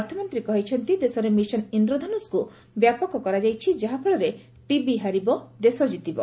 ଅର୍ଥମନ୍ତୀ କହିଛନ୍ତି ଦେଶରେ ମିଶନ ଇନ୍ଦ୍ରଧନୁଷ୍କୁ ବ୍ୟାପକ କରାଯାଇଛି ଯାହା ଫଳରେ ଟିବି ହାରିବ ଦେଶ ଜିତିବ